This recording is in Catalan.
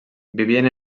vivien